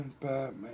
Batman